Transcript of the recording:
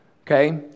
okay